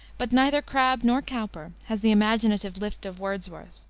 but neither crabbe nor cowper has the imaginative lift of wordsworth,